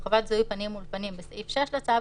וחובת זיהוי פנים מול פנים בסעיף 6 לצו